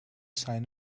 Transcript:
sign